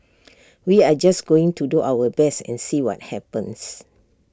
we are just going to do our best and see what happens